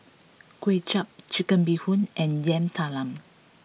Kuay Chap chicken Bee Hoon and Yam Talam